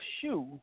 shoe